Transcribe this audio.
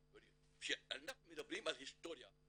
כשאנחנו מדברים על היסטוריה,